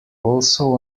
also